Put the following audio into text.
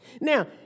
Now